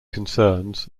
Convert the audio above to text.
concerns